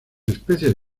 especies